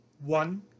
One